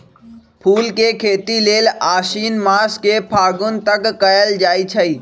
फूल के खेती लेल आशिन मास से फागुन तक कएल जाइ छइ